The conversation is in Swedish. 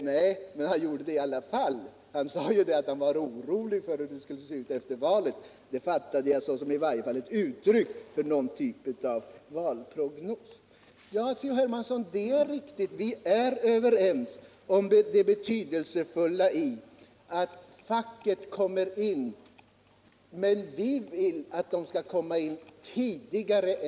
Nej, men han gjorde det i alla fall. Han sade ju att han var orolig för hur det skulle se ut efter valet, och det fattade jag som i varje fall ett uttryck för någon typ av valprognos. Det är riktigt, C.-H. Hermansson, att vi är överens om det betydelsefulla i att facket kommer in. Men vi vill att det skall komma in tidigare.